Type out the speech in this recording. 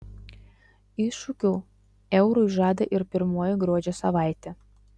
iššūkių eurui žada ir pirmoji gruodžio savaitė